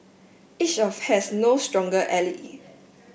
each of has no stronger ally